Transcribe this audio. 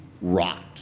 rot